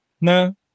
no